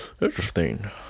interesting